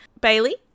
Bailey